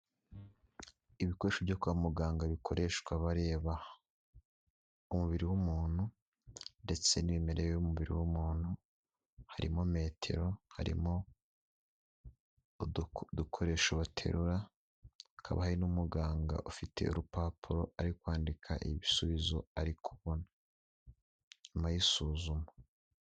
Ibikoresho byo kwa muganga bikoreshwa bareba umubiri w'umuntu ndetse n'imimerere y'umubiri w'umuntu, harimo metero, harimo udukoresho baterura, hakaba hari n'umuganga ufite urupapuro ari kwandika ibisubizo ari kubona nyuma yisuzuma.